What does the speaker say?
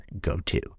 go-to